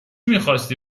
میخواستی